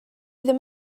ddim